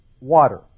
water